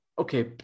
okay